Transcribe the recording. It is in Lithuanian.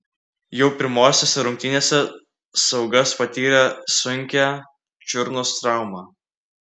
jau pirmosiose rungtynėse saugas patyrė sunkią čiurnos traumą